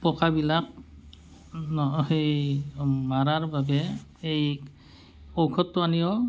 পোকবিলাক সেই মৰাৰ বাবে এই ঔষধটো আনিও